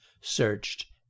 searched